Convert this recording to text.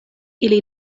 ili